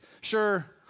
Sure